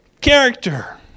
character